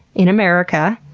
in america,